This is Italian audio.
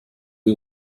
che